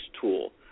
tool